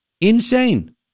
insane